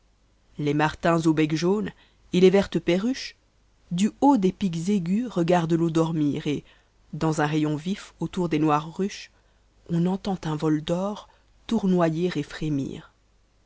les martins au bec jaune et les vertes perruches du haut des pics aigus regardent l'eau dormir et dans un rayon vif autour des noires ruches on entend un vol d'or tournoyer et frémir